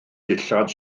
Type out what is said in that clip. dillad